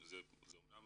זה אמנם